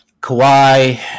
Kawhi